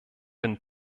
bin